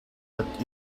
but